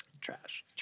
trash